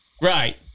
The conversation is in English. Right